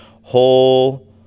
whole